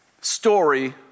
story